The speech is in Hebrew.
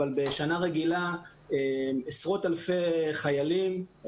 אבל בשנה רגילה עשרות אלפי חיילים,